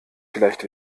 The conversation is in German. vielleicht